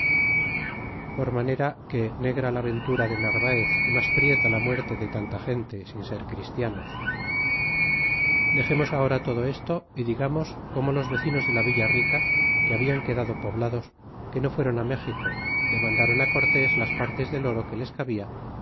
por manera que negra la ventura de narvaez y mas prieta la muerte de tanta gente sin ser christianos dexemos ahora todo esto y digamos como los vecinos de la villa rica que habian quedado poblados que no fu ron méxico demandron cortés las partes del oro que les cabia